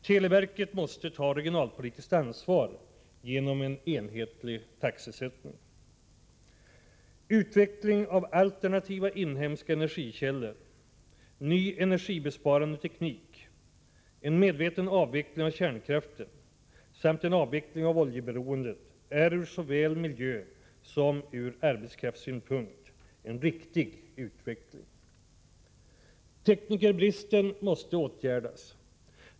Televerket måste ta regionalpolitiskt ansvar genom en enhetlig taxesättning. Utveckling av alternativa inhemska energikällor, av ny energibesparande teknik, av en medveten avveckling av kärnkraften och en avveckling av oljeberoendet är ur såväl miljösom arbetskraftssynpunkt en riktig utveckling. Teknikerbristen måste åtgärdas.